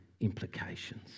implications